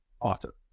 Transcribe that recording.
author